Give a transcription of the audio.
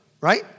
right